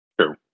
True